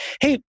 Hey